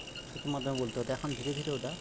ঠোঁটের মাধ্যমে বলতে হতো এখন ধীরে ধীরে ওটা